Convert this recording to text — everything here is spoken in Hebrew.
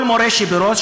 כל מורה שפורש,